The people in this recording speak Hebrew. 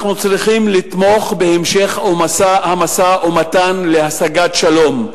צריכים לתמוך בהמשך המשא-ומתן להשגת שלום,